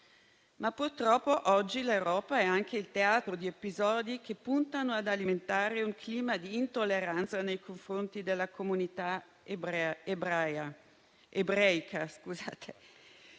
ma purtroppo oggi l'Europa è anche il teatro di episodi che puntano ad alimentare un clima di intolleranza nei confronti della comunità ebraica.